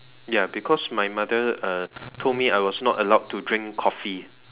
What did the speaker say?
ya because my mother uh told me I was not allowed to drink coffee